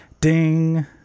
ding